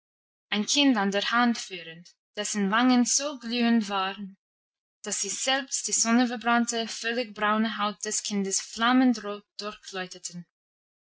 ein kind an der hand führend dessen wangen so glühend waren dass sie selbst die sonnverbrannte völlig braune haut des kindes flammend